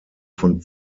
von